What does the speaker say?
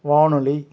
வானொலி